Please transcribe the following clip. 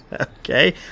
Okay